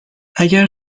اگر